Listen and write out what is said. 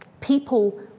People